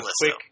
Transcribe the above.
quick